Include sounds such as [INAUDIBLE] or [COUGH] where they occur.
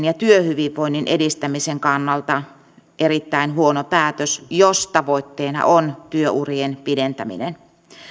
[UNINTELLIGIBLE] ja työhyvinvoinnin edistämisen kannalta erittäin huono päätös jos tavoitteena on työurien pidentäminen